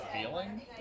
feeling